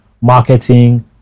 marketing